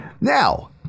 Now